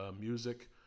music